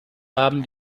haben